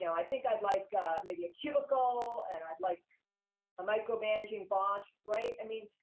you know i think i'd like maybe a cubicle, and i'd like a micromanaging boss, right? i mean,